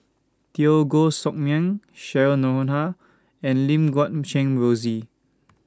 Teo Koh Sock Miang Cheryl Noronha and Lim Guat Kheng Rosie